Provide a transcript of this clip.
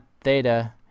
theta